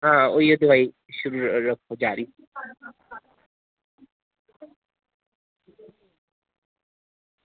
हां उ'ऐ दोआई शुरू रक्खो